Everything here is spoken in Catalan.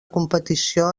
competició